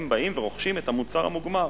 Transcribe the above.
הם באים ורוכשים את המוצר המוגמר,